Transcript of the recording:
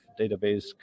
database